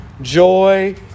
joy